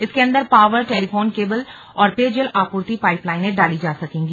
इसके अन्दर power telephone cable और पेयजल आपूर्ति पाईप लाइनें डाली जा सकेंगी